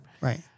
Right